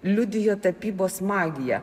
liudijo tapybos magiją